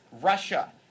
Russia